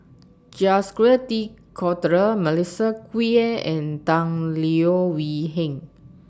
Jacques De Coutre Melissa Kwee and Tan Leo Wee Hin